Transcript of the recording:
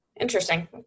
Interesting